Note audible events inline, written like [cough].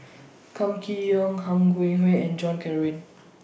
Kam Kee Yong Han [unintelligible] and John [unintelligible]